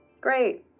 Great